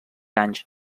anys